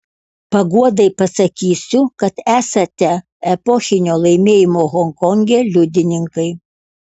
paguodai pasakysiu kad esate epochinio laimėjimo honkonge liudininkai